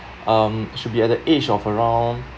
um should be at the age of around